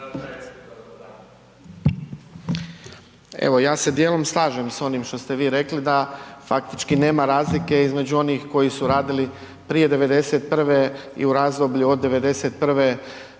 Evo ja se dijelom slažem s onim što ste vi rekli da faktički nema razlike između onih koji su radili prije '91. i u razdoblju od '91.